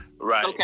Right